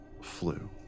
flew